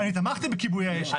אני תמכתי בכיבוי האש,